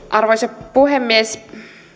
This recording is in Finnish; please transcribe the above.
arvoisa puhemies